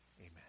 amen